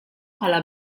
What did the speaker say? bħala